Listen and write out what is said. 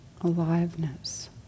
aliveness